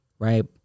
Right